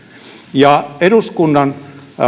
ja eduskunnan